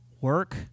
work